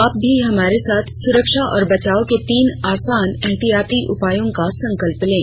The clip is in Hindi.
आप भी हमारे साथ सुरक्षा और बचाव के तीन आसान एहतियाती उपायों का संकल्प लें